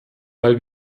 weil